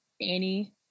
Annie